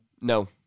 No